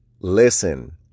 listen